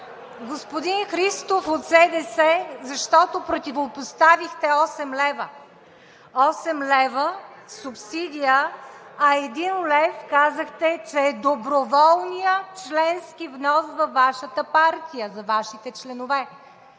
господин Христов от СДС, защото противопоставихте осем лева. Осем лева субсидия, а казахте, че един лев е доброволният членски внос във Вашата партия, за Вашите членове.